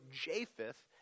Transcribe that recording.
Japheth